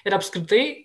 ir apskritai